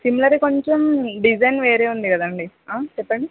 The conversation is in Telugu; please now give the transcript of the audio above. సిమిలర్ కొంచెం డిజైన్ వేరే ఉంది కదండీ చెప్పండి